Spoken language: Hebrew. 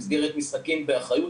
במסגרת משחקים באחריות,